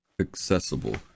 accessible